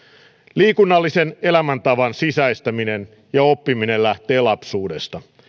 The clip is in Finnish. liikunnallisen elämäntavan sisäistäminen ja oppiminen lähtee lapsuudesta